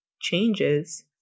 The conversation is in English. changes